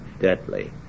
deadly